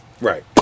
Right